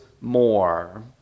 more